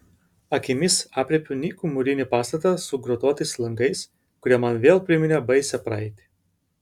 akimis aprėpiu nykų mūrinį pastatą su grotuotais langais kurie man vėl priminė baisią praeitį